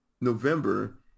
November